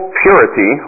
purity